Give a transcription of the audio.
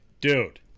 Dude